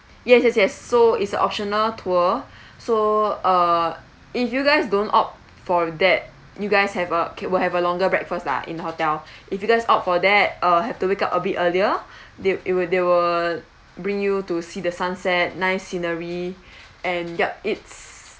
yes yes yes so is a optional tour so uh if you guys don't opt for that you guys have a K will have a longer breakfast lah in the hotel if you guys opt for that uh have to wake up a bit earlier th~ it will they will bring you to see the sunset nice scenery and yup it's